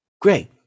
Great